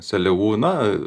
seliavų na